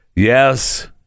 Yes